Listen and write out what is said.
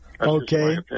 Okay